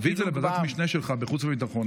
תביא את זה לוועדת משנה שלך בחוץ וביטחון,